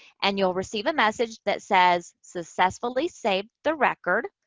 and you'll receive a message that says successfully saved the record.